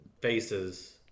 faces